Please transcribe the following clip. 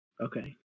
Okay